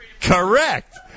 Correct